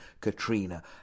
Katrina